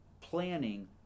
planning